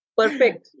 perfect